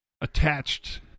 attached